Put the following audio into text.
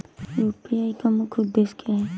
UPI का मुख्य उद्देश्य क्या है?